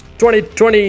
2020